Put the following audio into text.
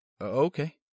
Okay